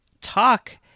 talk